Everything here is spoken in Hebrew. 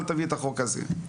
אל תביא את החוק הזה.